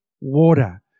water